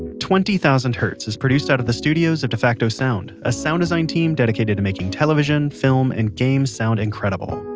twenty thousand hertz is produced out of the studios of defacto sound a sound design team dedicated to making television, film and games sound incredible.